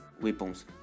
weapons